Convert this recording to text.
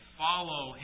follow